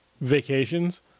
vacations